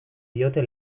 diote